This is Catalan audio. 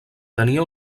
tenia